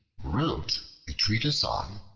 wrote a treatise on,